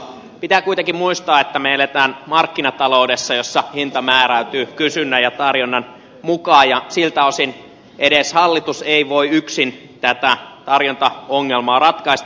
pitää kuitenkin muistaa että me elämme markkinataloudessa jossa hinta määräytyy kysynnän ja tarjonnan mukaan ja siltä osin edes hallitus ei voi yksin tätä tarjontaongelmaa ratkaista